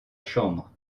chambre